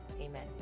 amen